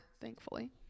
thankfully